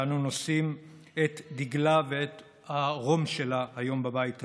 שאנו נושאים את דגלה ואת הרום שלה היום בבית הזה,